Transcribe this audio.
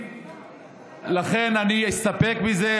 לכן אני אסתפק בזה.